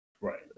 Right